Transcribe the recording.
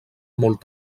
molt